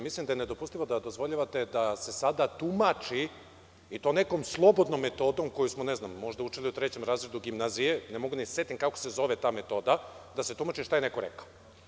Mislim da je nedopustivo da dozvoljavate da se sada tumači, i to nekom slobodnom metodom, koju smo možda učili u trećem razredu gimnazije, ne mogu da se setim kako se zove ta metoda, šta je neko rekao.